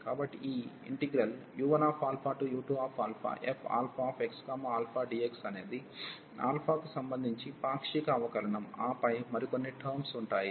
కాబట్టి ఈ u1u2fxα dxఅనేది కు సంబంధించి పాక్షిక అవకలనం ఆపై మరికొన్ని టర్మ్స్ ఉంటాయి